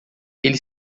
ele